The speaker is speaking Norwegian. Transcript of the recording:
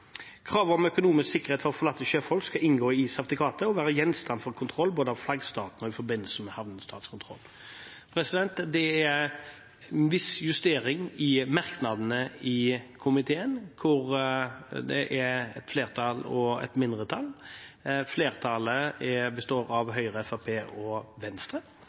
Kravet om økonomisk sikkerhet for forlatte sjøfolk skal inngå i sertifikatet og være gjenstand for kontroll både av flaggstaten og i forbindelse med havnestatskontroll. Det er en viss justering i merknadene i komitéinnstillingen, der det er et flertall og et mindretall. Flertallet består av Høyre, Fremskrittspartiet og Venstre,